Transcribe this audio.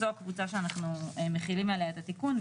זו הקבוצה שאנחנו מחילים עליה את התיקון.